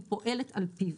היא פועלת על פיו.